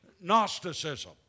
Gnosticism